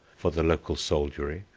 for the local soldiery,